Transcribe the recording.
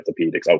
orthopedics